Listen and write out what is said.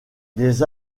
des